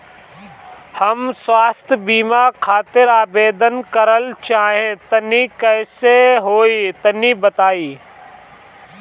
हम स्वास्थ बीमा खातिर आवेदन करल चाह तानि कइसे होई तनि बताईं?